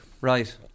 right